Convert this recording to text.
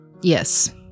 Yes